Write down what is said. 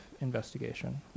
investigation